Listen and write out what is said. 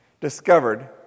discovered